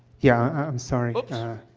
yeah, i i'm sorry. but